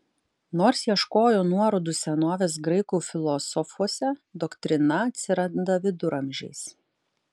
nors ieškojo nuorodų senovės graikų filosofuose doktrina atsiranda viduramžiais